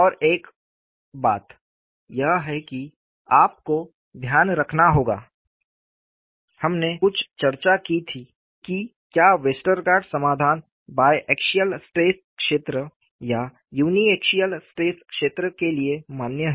और एक और बात यह है कि आपको ध्यान रखना होगा हमने कुछ चर्चा की थी कि क्या वेस्टरगार्ड समाधान बायएक्सियल स्ट्रेस क्षेत्र या युनिएक्सिअल स्ट्रेस क्षेत्र के लिए मान्य है